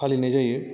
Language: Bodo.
फालिनाय जायो